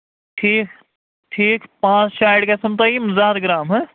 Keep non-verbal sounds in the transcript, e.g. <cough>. ٹھیٖک ٹھیٖک پانٛژھ شیٚے <unintelligible> گَژھن تۄہہِ یِم زِ ہتھ گرام ہہ